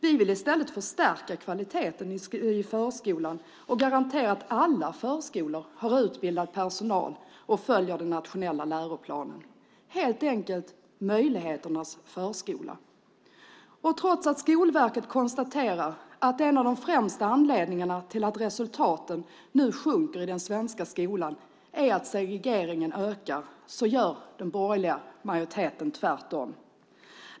Vi vill i stället förstärka kvaliteten i förskolan och garantera att alla förskolor har utbildad personal och följer den nationella läroplanen; helt enkelt möjligheternas förskola. Trots att Skolverket konstaterar att en av de främsta anledningarna till att resultaten nu sjunker i den svenska skolan är att segregeringen ökar gör den borgerliga majoriteten tvärtom.